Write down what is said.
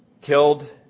killed